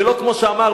ולא כמו שאמר,